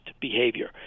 behavior